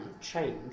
change